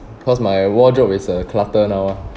cause my wardrobe is a clutter now ah